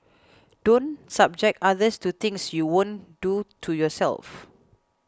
don't subject others to things you won't do to yourself